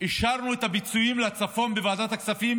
אישרנו את הפיצויים לצפון בוועדת הכספים